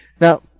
Now